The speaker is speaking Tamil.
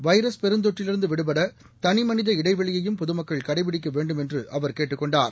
வைரஸ் பெருந்தொற்றிலிருந்து விடுபட தனிமனித இடைவெளியையும் பொதுமக்கள் கடைபிடிக்க வேண்டும் என்று அவர் கேட்டுக் கொண்டார்